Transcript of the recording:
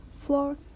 four